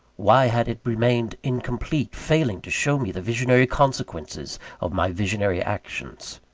why had it remained incomplete, failing to show me the visionary consequences of my visionary actions?